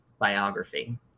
biography